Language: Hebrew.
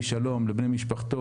לרבי שלום, לבני משפחתו.